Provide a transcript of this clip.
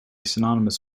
synonymous